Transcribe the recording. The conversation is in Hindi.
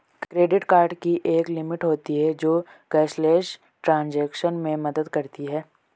क्रेडिट कार्ड की एक लिमिट होती है जो कैशलेस ट्रांज़ैक्शन में मदद करती है